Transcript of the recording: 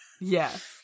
Yes